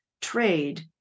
trade